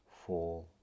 four